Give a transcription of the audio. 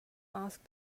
asked